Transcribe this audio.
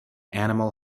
animal